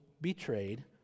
betrayed